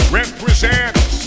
represents